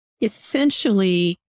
essentially